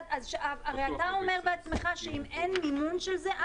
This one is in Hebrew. הרי אתה עומד בעצמך שאם אין מימון של זה,